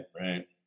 right